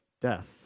death